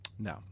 No